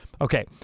Okay